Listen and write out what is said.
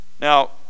now